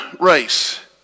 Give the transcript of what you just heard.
race